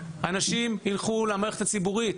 אנשים ילכו למערכת הציבורית.